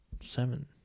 Seven